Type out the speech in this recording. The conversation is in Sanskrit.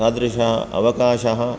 तादृश अवकाशः